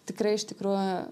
tikrai iš tikrųjų